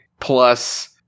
plus